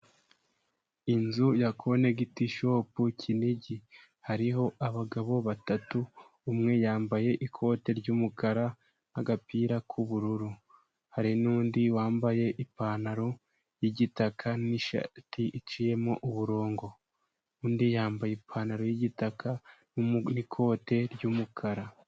Inzu ya Konegiti Shopu Kiniigi. Hariho abagabo batatu umwe yambaye ikote ry'umukara n'agapira k'ubururu, hari n'undi wambaye ipantaro y'igitaka n'ishati iciyemo umurongo, undi yambaye ipantaro y'igitaka n'ikote ry'umukara.